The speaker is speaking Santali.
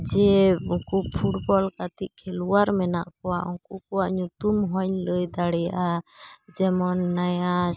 ᱡᱮ ᱩᱱᱠᱩ ᱯᱷᱩᱴᱵᱚᱞ ᱜᱟᱛᱮᱜ ᱠᱷᱮᱞᱚᱣᱟᱨ ᱢᱮᱱᱟᱜ ᱠᱚᱣᱟ ᱩᱝᱠᱩ ᱠᱚᱣᱟ ᱧᱩᱛᱩᱢᱦᱚᱸᱭ ᱞᱟᱹᱭᱫᱟᱲᱮᱭᱟᱜᱼᱟ ᱡᱮᱢᱚᱱ ᱦᱮᱱᱟᱭᱟ